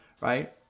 right